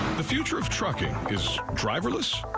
the future of trucking is driverless?